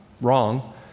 wrong